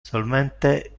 solmente